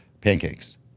pancakes